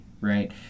right